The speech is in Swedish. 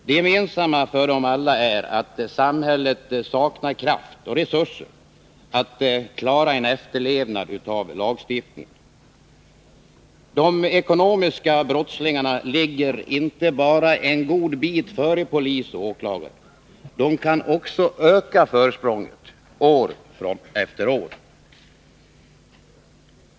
Det gemensamma för dem alla är att samhället saknar kraft och resurser för att klara en efterlevnad av lagstiftningen. De ekonomiska brottslingarna ligger inte bara en god bit före polis och åklagare — de kan också öka försprånget år efter år.